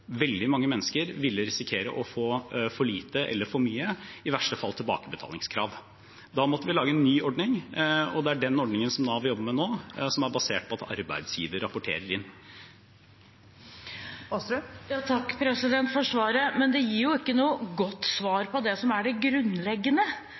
Veldig mange mennesker ville risikere å få for lite eller for mye, i verste fall tilbakebetalingskrav. Da måtte vi lage en ny ordning, og det er den ordningen som Nav jobber med nå, som er basert på at arbeidsgiver rapporterer inn. Rigmor Aasrud – til oppfølgingsspørsmål. Takk for svaret, men det gir jo ikke noe godt svar